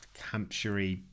hampshire